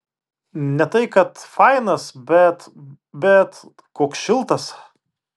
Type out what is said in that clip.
ne tai kad fainas bet bet koks šiltas